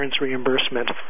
reimbursement